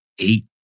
eight